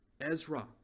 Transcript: Ezra